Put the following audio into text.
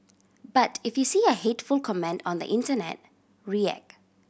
but if you see a hateful comment on the internet react